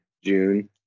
June